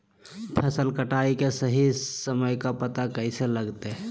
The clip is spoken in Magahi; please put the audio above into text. फसल कटाई के सही समय के पता कैसे लगते?